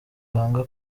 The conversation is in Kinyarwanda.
banga